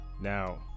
now